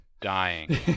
dying